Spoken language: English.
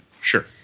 Sure